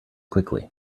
quickly